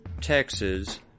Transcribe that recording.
Texas